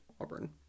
Auburn